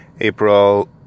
April